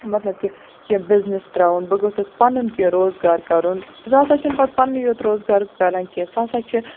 مَطلَب کہِ کیٚنٛہہ بِزنِس ترٛاوُن بہٕ گوٚژھُس پَنُن کیٚنٛہہ روزگار کَرُن سُہ ہَسا چھُنہٕ پَتہٕ پنٕنُے یوت روزگار کران کیٚنٛہہ سُہ ہَسا چھِ